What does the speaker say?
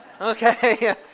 Okay